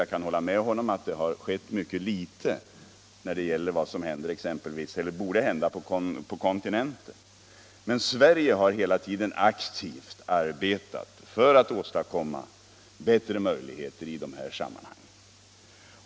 Jag kan hålla med honom om att det hänt Åtgärder för att mycket litet på kontinenten med tanke på vad som borde ske, men Sverige — motverka negativa har hela tiden aktivt arbetat för att åstadkomma större insatser i dessa — effekter av sammanhang.